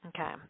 Okay